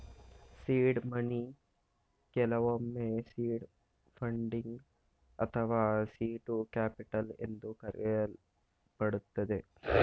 seed money ಕೆಲವೊಮ್ಮೆ seed funding ಅಥವಾ seed capital ಎಂದು ಕರೆಯಲ್ಪಡುತ್ತದೆ